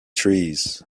trees